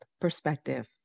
perspective